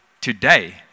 Today